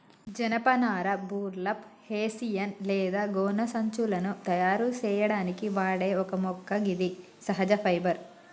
జనపనార burlap, hessian లేదా గోనె సంచులను తయారు సేయడానికి వాడే ఒక మొక్క గిది సహజ ఫైబర్